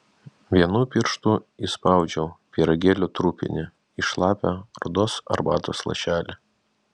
vienu pirštu įspaudžiau pyragėlio trupinį į šlapią rudos arbatos lašelį